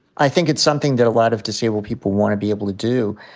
i think it's something that a lot of disabled people want to be able to do.